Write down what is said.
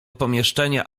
pomieszczenia